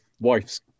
wife's